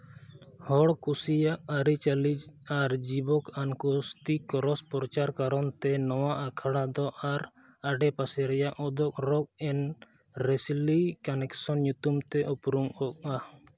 ᱦᱚᱲ ᱠᱩᱥᱤᱭᱟᱜ ᱟᱹᱨᱤᱼᱪᱟᱹᱞᱤ ᱟᱨ ᱡᱤᱵᱚᱠ ᱟᱨ ᱠᱩᱥᱛᱤ ᱠᱨᱚᱥ ᱯᱨᱚᱪᱟᱨ ᱠᱟᱨᱚᱱ ᱛᱮ ᱱᱚᱣᱟ ᱟᱠᱷᱲᱟ ᱫᱚ ᱟᱨ ᱟᱰᱮᱼᱯᱟᱥᱮ ᱨᱮᱭᱟᱜ ᱩᱫᱩᱜᱽ ᱨᱚᱜ ᱮᱱ ᱨᱮᱥᱞᱤ ᱠᱟᱱᱮᱠᱥᱮᱱ ᱧᱩᱛᱩᱢ ᱛᱮ ᱩᱯᱨᱩᱢ ᱠᱚᱜᱼᱟ